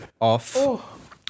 off